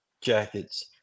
jackets